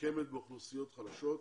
מתוחכמת באוכלוסיות חלשות,